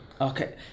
Okay